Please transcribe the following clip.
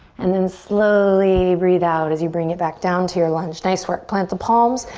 and then slowly breathe out as you bring it back down to your lunge, nice work. plant the palms,